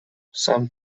some